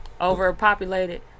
Overpopulated